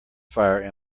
fire